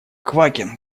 квакин